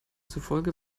zufolge